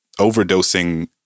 overdosing